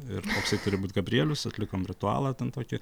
ir koksai turi būt gabrielius atlikom ritualą ten tokį